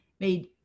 made